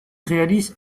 réalise